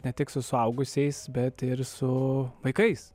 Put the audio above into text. ne tik su suaugusiais bet ir su vaikais